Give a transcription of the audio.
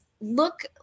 look